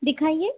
दिखाइए